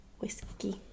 whiskey